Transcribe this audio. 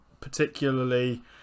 particularly